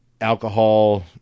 alcohol